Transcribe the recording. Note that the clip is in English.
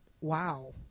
wow